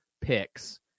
picks